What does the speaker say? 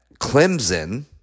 Clemson